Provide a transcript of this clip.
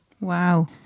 Wow